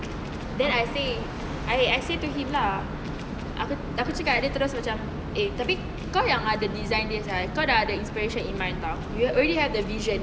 then I said I I said to him lah aku aku cakap dia terus macam eh tapi kau yang ada design dia sia kau dah ada the inspiration in mind [tau] you already have the vision